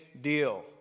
deal